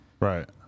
Right